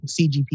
CGP